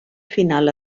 final